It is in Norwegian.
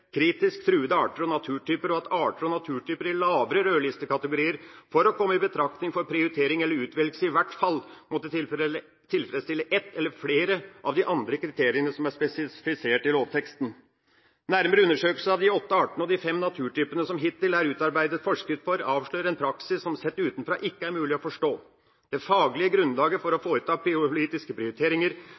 kritisk truete arter og naturtyper, og at arter og naturtyper i lavere rødlistekategorier for å komme i betraktning for prioritering eller utvelgelse i hvert fall måtte tilfredsstille ett eller flere av de andre kriteriene som er spesifisert i lovteksten. Nærmere undersøkelser av de åtte artene og de fem naturtypene som det hittil er utarbeidet forskrift for, avslører en praksis som sett utenfra ikke er mulig å forstå. Det faglige grunnlaget for å foreta politiske prioriteringer